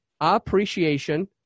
appreciation